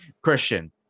Christian